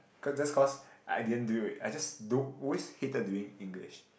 cause just cause I didn't do it I just don't always hated doing English